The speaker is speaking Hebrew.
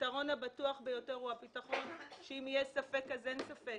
הפתרון הבטוח ביותר הוא שאם יש ספק אז אין ספק.